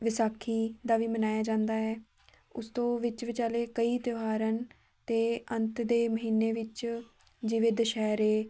ਵਿਸਾਖੀ ਦਾ ਵੀ ਮਨਾਇਆ ਜਾਂਦਾ ਹੈ ਉਸ ਤੋਂ ਵਿੱਚ ਵਿਚਾਲੇ ਕਈ ਤਿਉਹਾਰ ਹਨ ਅਤੇ ਅੰਤ ਦੇ ਮਹੀਨੇ ਵਿੱਚ ਜਿਵੇਂ ਦੁਸਹਿਰੇ